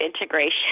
integration